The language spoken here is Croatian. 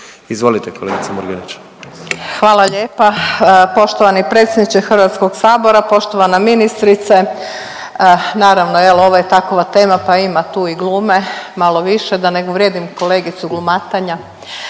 **Murganić, Nada (HDZ)** Hvala lijepa. Poštovani predsjedniče HS-a, poštovana ministrice. Naravno jel ovo je takova tema pa ima tu i glume malo više da ne uvrijedim kolegicu glumatanja,